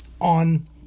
on